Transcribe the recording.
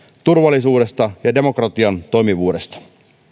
turvallisuudesta ja demokratian toimivuudesta